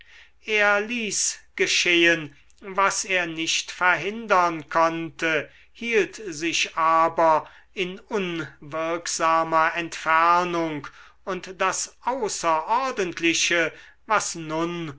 er ließ geschehen was er nicht verhindern konnte hielt sich aber in unwirksamer entfernung und das außerordentliche was nun